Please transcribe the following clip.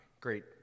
Great